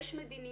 יש מדיניות,